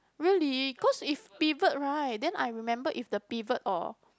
really cause if pivot right then I remember if the pivot or